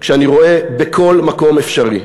כשאני רואה בכל מקום אפשרי,